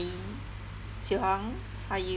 elaine xiu-hong how are you